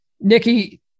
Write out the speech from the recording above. Nikki